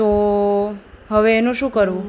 તો હવે એનું શું કરવું